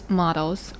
models